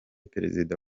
perezida